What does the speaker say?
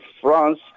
France